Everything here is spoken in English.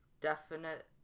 definite